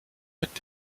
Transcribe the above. mit